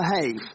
behave